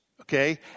Okay